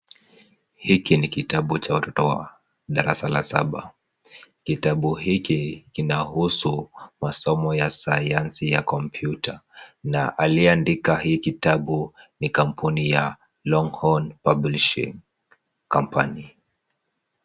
Hiki ni kitabu cha watoto wa darasa la saba. Kitabu hiki kinahusu masomo ya sayansi ya kompyuta na aliyeandika hii kitabu ni kampuni ya Longhorn Publishing Company.